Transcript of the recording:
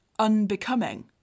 Unbecoming